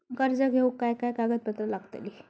कर्ज घेऊक काय काय कागदपत्र लागतली?